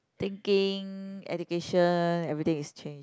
thinking education everything is change